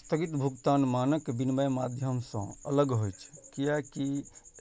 स्थगित भुगतान मानक विनमय माध्यम सं अलग होइ छै, कियैकि